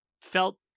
felt